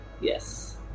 Yes